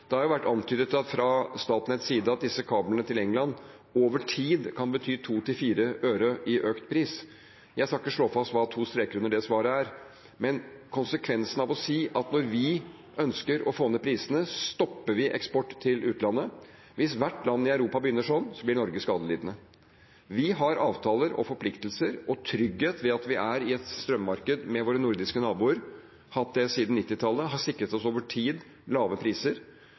det svaret. Men det har vært antydet fra Statnetts side at disse kablene til England over tid kan bety 2 til 4 øre i økt pris – jeg skal ikke slå fast hva det svaret med to streker under er. Men til konsekvensene av å si at når vi ønsker å få ned prisene, stopper vi eksport til utlandet: Hvis hvert land i Europa begynner sånn, blir Norge skadelidende. Vi har avtaler, forpliktelser og trygghet ved at vi er i et strømmarked med våre nordiske naboer. Det har vi hatt siden 1990-tallet, det har over tid sikret oss lave priser,